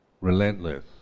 relentless